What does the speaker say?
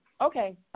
Okay